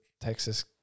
Texas